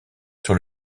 sur